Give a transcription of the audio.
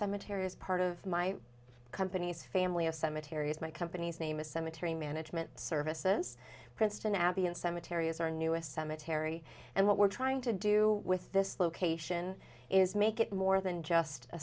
cemetery is part of my company's family a cemetery is my company's name a cemetery management services princeton abbey and cemetery is our newest cemetery and what we're trying to do with this location is make it more than just a